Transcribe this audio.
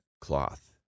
cloth